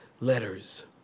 letters